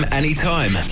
anytime